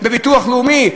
בביטוח לאומי?